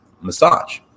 massage